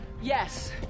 Yes